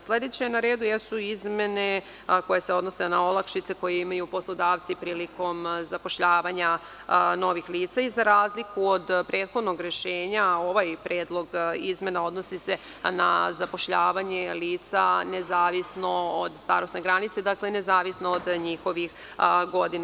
Sledeće na redu jesu izmene koje se odnose na olakšice koje imaju poslodavci prilikom zapošljavanja novih lica i za razliku od prethodnog rešenja, ovaj predlog izmena odnosi se na zapošljavanje lica nezavisno od starosne granice, dakle, nezavisno od njihovih godina.